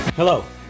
Hello